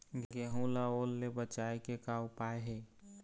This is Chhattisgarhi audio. गेहूं ला ओल ले बचाए के का उपाय हे?